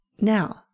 Now